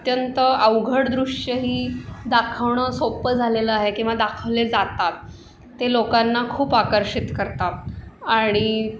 अत्यंत अवघड दृश्यही दाखवणं सोप्पं झालेलं आहे किंवा दाखवले जातात ते लोकांना खूप आकर्षित करतात आणि